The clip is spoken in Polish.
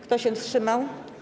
Kto się wstrzymał?